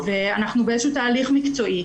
ואנחנו באיזה שהוא תהליך מקצועי,